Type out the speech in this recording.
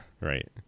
Right